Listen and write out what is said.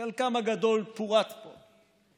חלקם הגדול פורט פה.